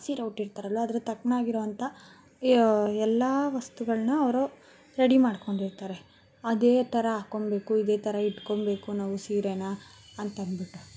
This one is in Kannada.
ಸೀರೆ ಉಟ್ಟಿರ್ತಾರಲ್ಲ ಅದೆ ತಕ್ಕನಾಗಿರೋ ಅಂತ ಎಲ್ಲ ವಸ್ತುಗಳನ್ನು ಅವರು ರೆಡಿ ಮಾಡಿಕೊಂಡಿರ್ತಾರೆ ಅದೇ ಥರ ಹಾಕ್ಕೋಬೇಕು ಇದೇ ತರ ಇಟ್ಕೊಂಬೇಕು ನಾವು ಸೀರೆನ ಅಂತಂದ್ಬಿಟ್ಟು